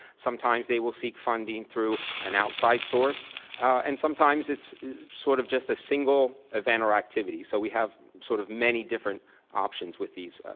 sometimes they will seek funding through an outside source and sometimes it's sort of just a single event or activity, so we have sort of many different options with these